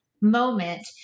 moment